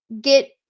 get